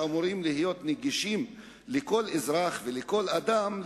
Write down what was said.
שאמורים להיות נגישים לכל אזרח ולכל אדם,